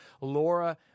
Laura